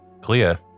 clear